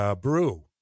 brew